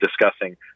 discussing